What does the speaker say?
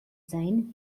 sein